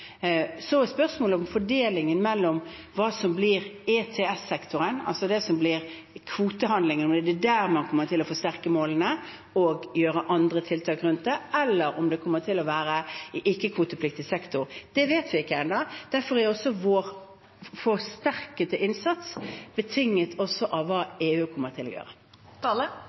til å forsterke målene og sette i verk andre tiltak, eller om det kommer til å skje i ikke-kvotepliktig sektor. Det vet vi ikke ennå. Derfor er vår forsterkede innsats betinget også av hva EU kommer til å